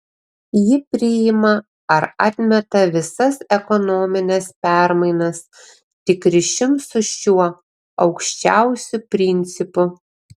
ji priima ar atmeta visas ekonomines permainas tik ryšium su šiuo aukščiausiu principu